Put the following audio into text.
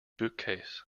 bookcase